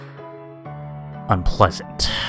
unpleasant